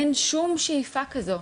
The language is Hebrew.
אין שום שאיפה כזאת.